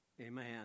Amen